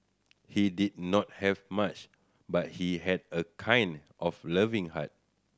he did not have much but he had a kind of loving heart